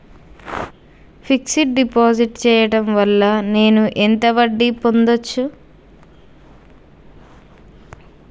Fix డ్ deposit చేయటం వల్ల నేను ఎంత వడ్డీ పొందచ్చు?